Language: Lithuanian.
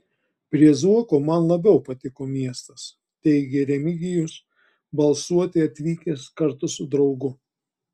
prie zuoko man labiau patiko miestas teigė remigijus balsuoti atvykęs kartu su draugu